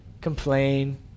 complain